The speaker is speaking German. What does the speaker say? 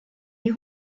die